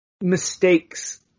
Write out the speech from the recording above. mistakes